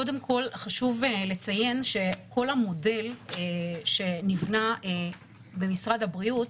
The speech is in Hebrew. קודם כל חשוב לציין שהייעוד של המודל שנבנה במשרד הבריאות